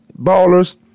Ballers